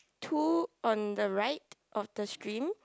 two on the right of the stream